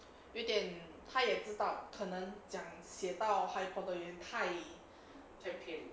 有点他也知道可能讲写到 harry potter 人太